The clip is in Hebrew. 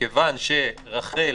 למשל,